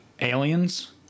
Aliens